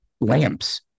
lamps